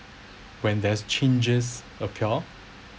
when there's changes occur